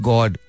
God